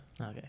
okay